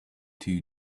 two